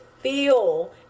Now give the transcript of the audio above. feel